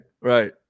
right